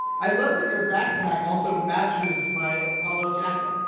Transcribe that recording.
i love that your backpack also matches my apollo jacket.